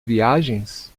viagens